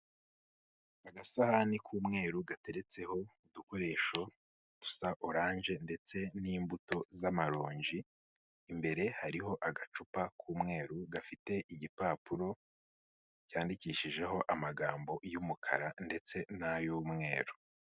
Agasahani k'umweru gateretseho udukoresho dusa oranje ndetse n'imbuto z'amaronji, imbere hariho agacupa k'umweru gafite igipapuro cyandikishijeho amagambo y'umukara ndetse n'ay'umweru.